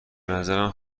نظرم